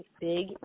big